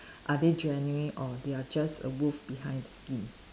are they genuine or they are just a wolf behind the skin